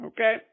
Okay